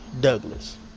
Douglas